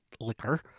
liquor